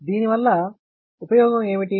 దీని వల్ల ఉపయోగం ఏమిటి